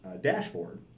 dashboard